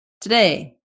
Today